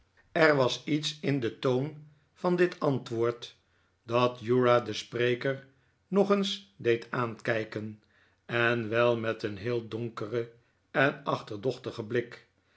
er was lets in den toon van dit antwoord dat uriah den spreker nog eens deed aankijken en wel met een heel donkeren en achterdochtigen blik